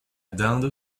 dinde